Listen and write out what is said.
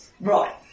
Right